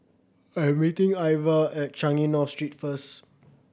I am meeting Iva at Changi North Street first